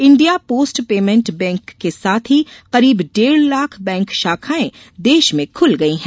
India post payment bank के साथ ही करीब डेढ़ लाख बैंक शाखाएं देश में खुल गयी है